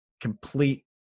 complete